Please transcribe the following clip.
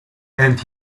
and